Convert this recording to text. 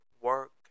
work